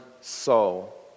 soul